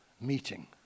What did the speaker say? meeting